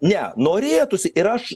ne norėtųsi ir aš